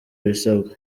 ibisabwa